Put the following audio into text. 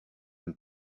une